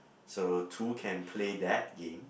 so two can play that game